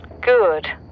Good